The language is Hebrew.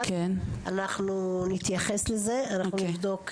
אנחנו נתייחס לזה, ונבדוק.